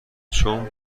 چون